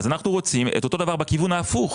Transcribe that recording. אנחנו רוצים את אותו דבר בכיוון ההפוך.